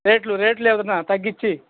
రేట్లు రేట్లు ఏదన్నా తగ్గించి